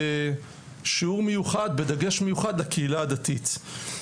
ובשיעור מיוחד בדגש מיוחד על הקהילה הדתית.